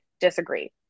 disagree